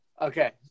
Okay